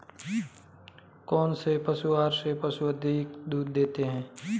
कौनसे पशु आहार से पशु अधिक दूध देते हैं?